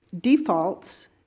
defaults